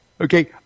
Okay